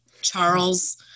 Charles